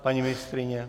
Paní ministryně?